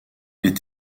est